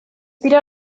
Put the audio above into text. dira